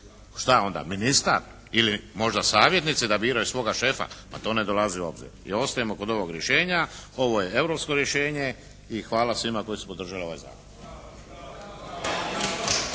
Šta onda ministar ili možda savjetnici da biraju svoga šefa, pa to ne dolazi u obzir i ostajemo kod ovog rješenja. Ovo je europsko rješenje i hvala svima koji su podržali ovaj zakon.